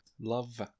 Love